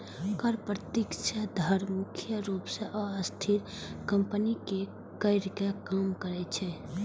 कर प्रतिस्पर्धा मुख्य रूप सं अस्थिर कंपनीक कर कें कम करै छै